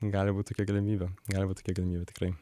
gali būt tokia galimybė gali būt tokia galimybė tikrai